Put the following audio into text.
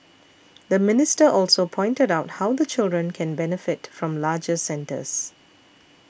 the minister also pointed out how the children can benefit from larger centres